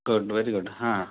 good very good ಹಾಂ